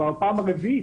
זו כבר הפעם הרביעית.